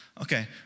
Okay